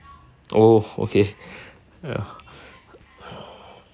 oh okay ya